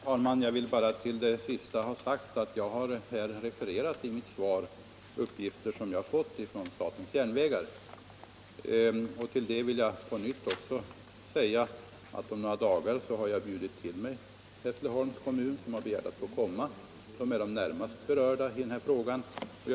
Herr talman! Jag vill bara till det sista ha sagt att jag i mitt svar refererat uppgifter som jag fått från statens järnvägar. Jag vill också omtala att Hässleholms kommun, som är närmast berörd, bett att få komma till mig. Jag har därför bjudit in representanter för kommunen till ett sammanträffande som skall äga rum om några dagar.